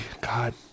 God